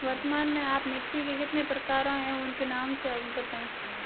वर्तमान में आप मिट्टी के कितने प्रकारों एवं उनके नाम से अवगत हैं?